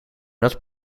not